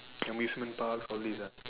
amusement parks all this